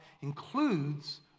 includes